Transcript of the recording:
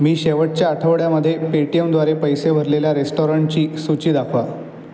मी शेवटच्या आठवड्यामध्ये पेटीएमद्वारे पैसे भरलेल्या रेस्टॉरंटची सूची दाखवा